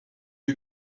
you